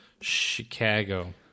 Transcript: Chicago